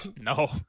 No